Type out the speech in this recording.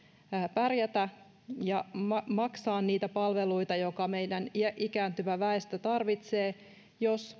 pärjätä ja maksaa niitä palveluita jotka meidän ikääntyvä väestömme tarvitsee jos